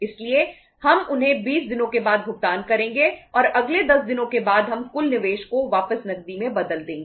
इसलिए हम उन्हें 20 दिनों के बाद भुगतान करेंगे और अगले 10 दिनों के बाद हम कुल निवेश को वापस नकदी में बदल देंगे